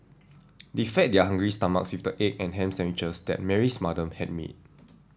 they fed their hungry stomachs with the egg and ham sandwiches that Mary's mother had made